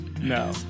No